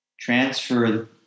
transfer